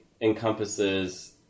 encompasses